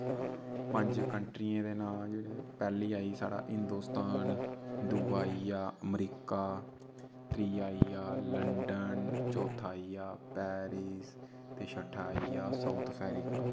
पंज कंट्रियें दे नांऽ जेह्ड़े पैह्ली आई साढ़ा हिन्दोस्तान दूआ आई गेआ अमरीका त्रीआ आई गेआ लंडन चौथा आई गेआ पेरिस ते छठा आई गेआ साउथ अफ्रीका